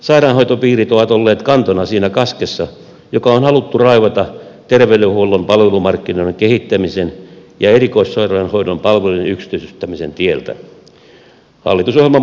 sairaanhoitopiirit ovat olleet kantona siinä kaskessa joka on haluttu raivata ter veydenhuollon palvelumarkkinoiden kehittämisen ja erikoissairaanhoidon palveluiden yksityistämisen tieltä hallitusohjelman mukaisesti